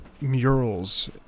murals